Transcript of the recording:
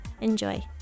Enjoy